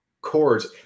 chords